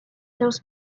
seus